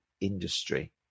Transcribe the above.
industry